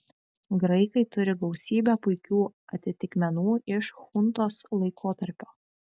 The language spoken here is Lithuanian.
graikai turi gausybę puikių atitikmenų iš chuntos laikotarpio